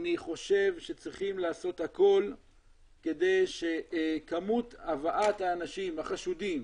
אני חושב שצריכים לעשות הכול כדי שכמות הבאת האנשים החשודים